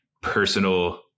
personal